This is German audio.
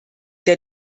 der